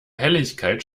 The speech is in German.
helligkeit